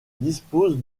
dispose